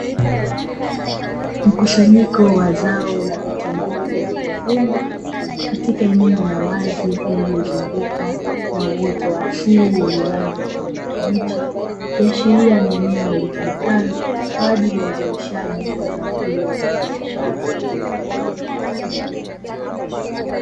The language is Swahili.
Mkusanyiko wa zao la vitunguu vilivyovunwa katika eneo la wazi lililozungukwa na uoto wa asili wenye rangi ya kijani kibichi, ikiashiria ni eneo litumikalo kwa ajili ya uzalishaji wa zao hilo la biashara.